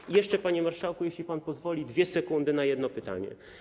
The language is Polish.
I jeszcze, panie marszałku, jeśli pan pozwoli, 2 sekundy na jedno pytanie.